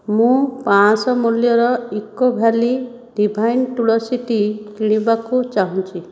ମୁଁ ପାଞ୍ଚଶହ ମୂଲ୍ୟର eco valley divine Tulsi tea କିଣିବାକୁ ଚାହୁଁଛି